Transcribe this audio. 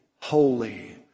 holy